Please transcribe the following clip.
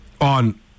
on